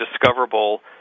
discoverable